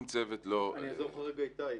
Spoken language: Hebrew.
אני אעזור לך, איתי.